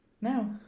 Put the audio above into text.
no